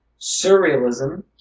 surrealism